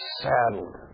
saddled